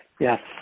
Yes